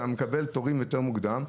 אתה מקבל תורים יותר מוקדם,